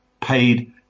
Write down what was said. paid